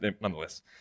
nonetheless